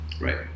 Right